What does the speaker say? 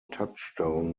touchdown